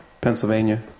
Pennsylvania